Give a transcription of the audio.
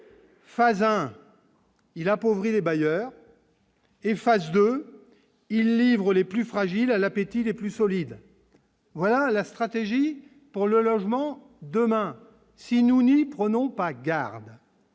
phase 1 il appauvrit les bailleurs efface 2 il livre les plus fragiles à l'appétit les plus solides, voilà la stratégie pour le logement, demain, si nous n'y prenons pas garde,